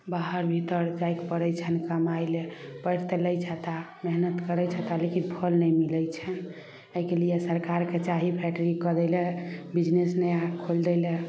बाहर भीतर जाइके पड़ै छनि कमाए लए पैढ़ तऽ लै छथि आ मेहनत करै छथि लेकिन फल नहि मिलै छनि एहिके लिए सरकारके चाही फैक्टरी खोलै लए बिजनेस नया खोलि दै लए